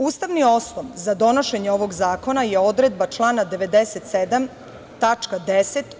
Ustavni osnov za donošenje ovog zakona je odredba člana 97. tačka 10.